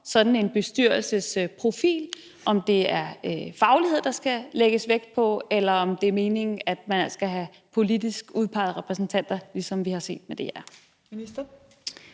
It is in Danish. sådan en bestyrelsesprofil, altså om det er faglighed, der skal lægges vægt på, eller om det er meningen, at man altså skal have politisk udpegede repræsentanter, ligesom vi har set med DR.